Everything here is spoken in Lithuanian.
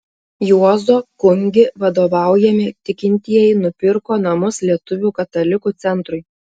juozo kungi vadovaujami tikintieji nupirko namus lietuvių katalikų centrui